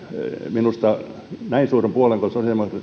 minusta näin suuren puolueen kuin